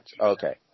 Okay